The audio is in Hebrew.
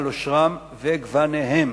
על עושרם וגוניהם.